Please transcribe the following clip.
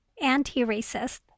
anti-racist